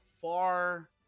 far